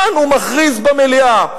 כאן הוא מכריז במליאה.